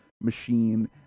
machine